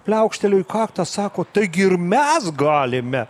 pliaukšteliu į kaktą sako taigi ir mes galime